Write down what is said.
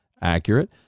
accurate